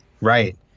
right